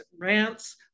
rants